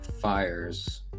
fires